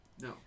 No